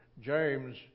James